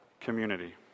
community